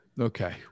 Okay